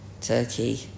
turkey